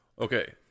okay